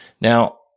Now